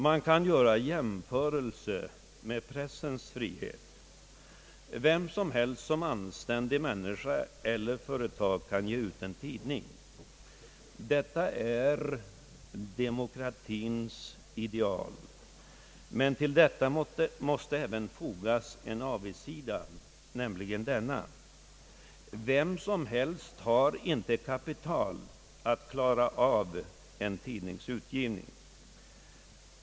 Man kan göra jämförelse med pressens frihet. Vilken anständig människa eller vilket företag som helst kan ge ut en tidning. Detta är demokratiens ideal. Men härtill måste även fogas en avigsida, nämligen denna: Vem som helst har inte kapital till att klara en tidningsutgivning.